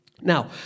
Now